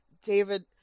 David